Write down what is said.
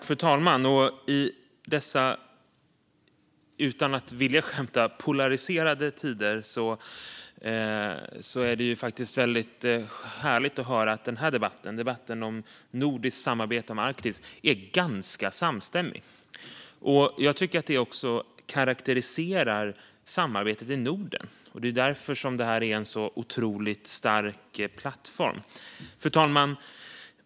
Fru talman! I dessa polariserade tider vill jag - utan att skämta - säga att det är härligt att höra att vi i den här debatten om nordiskt samarbete om Arktis är ganska samstämmiga. Jag tycker också att det karakteriserar samarbetet i Norden, och det är därför det är en sådan otroligt stark plattform. Fru talman!